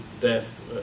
death